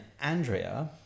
andrea